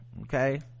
okay